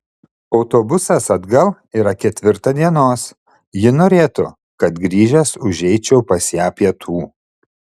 autobusas atgal yra ketvirtą dienos ji norėtų kad grįžęs užeičiau pas ją pietų